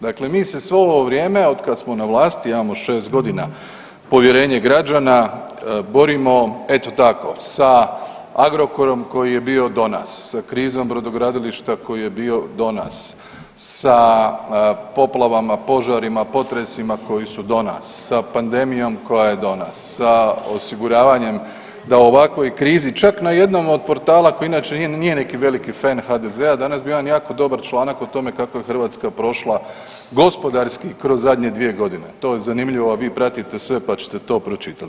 Dakle, mi se svo ovo vrijeme od kad smo na vlasti, a imamo šest godina povjerenje građana borimo eto tako sa Agrokorom koji je bio do nas, sa krizom brodogradilišta koji je bio do nas, sa poplavama, požarima, potresima koji su do nas, sa pandemijom koja je do nas, sa osiguravanjem da u ovakvoj krizi čak na jednom od portala koji inače nije neki veliki fen HDZ-a danas bio jedan jako dobar članak o tome kako je Hrvatska prošla gospodarski kroz zadnje dvije godine, to je zanimljivo, a vi pratite sve pa ćete to pročitat.